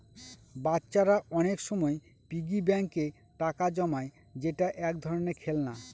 বাচ্চারা অনেক সময় পিগি ব্যাঙ্কে টাকা জমায় যেটা এক ধরনের খেলনা